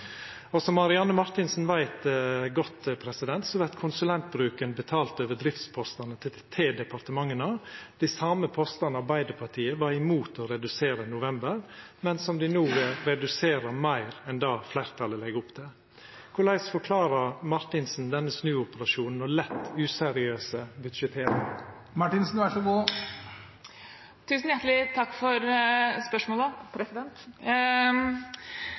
konsulentbruken. Som Marianne Marthinsen veit godt, vert konsulentbruken betalt over driftspostane til departementa – dei same postane Arbeidarpartiet var imot å redusera i november, men som dei no reduserer meir enn det fleirtalet legg opp til. Korleis forklarer Marthinsen denne snuoperasjonen og den lett useriøse budsjetteringa? Tusen hjertelig takk for spørsmålet.